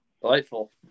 Delightful